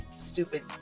stupid